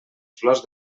flors